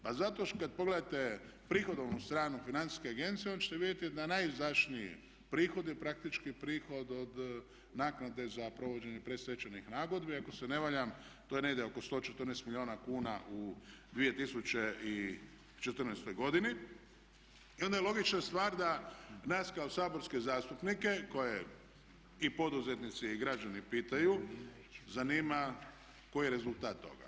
Pa zato kad pogledate prihodovnu stranu financijske agencije onda ćete vidjeti da najizdašniji prihodi praktički prihod od naknade za provođenje predstečajnih nagodbi ako se ne varam to je negdje oko 114 milijuna kuna u 2014.godini i onda je logična stvar da nas kao saborske zastupnike koje i poduzetnici i građani pitaju zanima koji je rezultat toga.